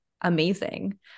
amazing